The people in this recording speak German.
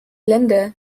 länder